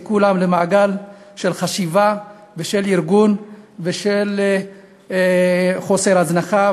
כולם למעגל של חשיבה של ארגון ושל חוסר הזנחה,